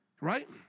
Right